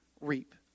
reap